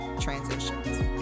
transitions